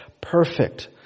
perfect